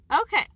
Okay